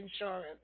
insurance